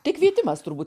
tai kvietimas turbūt